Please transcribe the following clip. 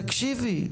רגע תקשיבי.